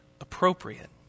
appropriate